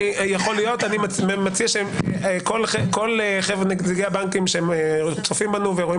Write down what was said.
אני מציע שכל נגידי הבנקים שצופים בנו ורואים